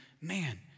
man